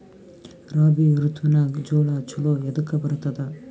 ರಾಬಿ ಋತುನಾಗ್ ಜೋಳ ಚಲೋ ಎದಕ ಬರತದ?